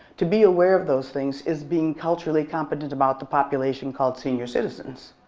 to be aware of those things is being culturally competent about the population called senior citizens.